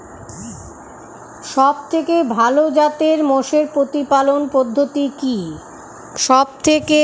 সবথেকে ভালো জাতের মোষের প্রতিপালন পদ্ধতি কি?